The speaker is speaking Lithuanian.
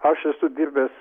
aš esu dirbęs